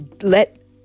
let